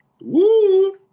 Woo